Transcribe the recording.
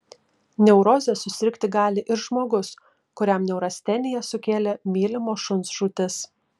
neuroze susirgti gali ir žmogus kuriam neurasteniją sukėlė mylimo šuns žūtis